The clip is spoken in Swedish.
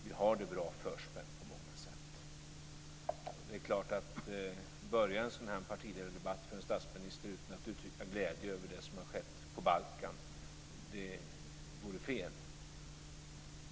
Vi har det bra förspänt på många sätt. Att som statsminister börja en sådan här partiledardebatt utan att uttrycka glädje över det som har skett på Balkan vore fel.